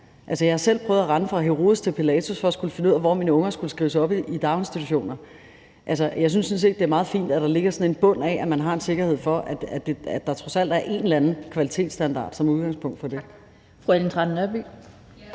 jeg har selv prøvet at rende fra Herodes til Pilatus for at finde ud af, hvor mine unger skulle skrives op i daginstitution. Jeg synes sådan set, det er meget fint, at der ligger sådan en bund, i forhold til at man har en sikkerhed for, at der trods alt er en eller anden kvalitetsstandard som udgangspunkt for det.